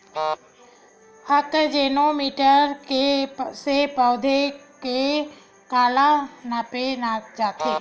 आकजेनो मीटर से पौधा के काला नापे जाथे?